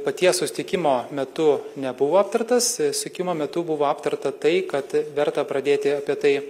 paties susitikimo metu nebuvo aptartas sukimo metu buvo aptarta tai kad verta pradėti apie tai